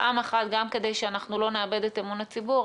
פעם אחת גם כדי שאנחנו לא נאבד את אמון הציבור,